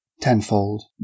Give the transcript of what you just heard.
tenfold